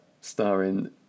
starring